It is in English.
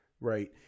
right